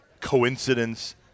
coincidence